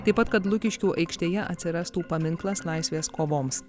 taip pat kad lukiškių aikštėje atsirastų paminklas laisvės kovoms